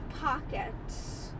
pockets